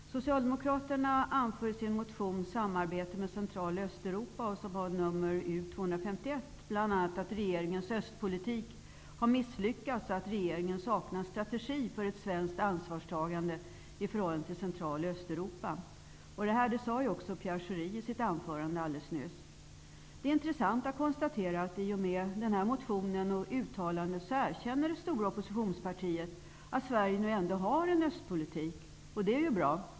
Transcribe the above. Fru talman! Socialdemokraterna anför i sin motion U251 om samarbete med Central och Östeuropa bl.a. att regeringens östpolitik har misslyckats och att regeringen saknar strategi för ett svenskt ansvarstagande i förhållande till Central och Östeuropa. Det sade också Pierre Schori i sitt anförande nyss. Det är intressant att konstatera, att i och med denna motion och detta uttalande erkänner det stora oppositionspartiet att Sverige nu ändå har en östpolitik. Det är bra.